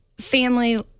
Family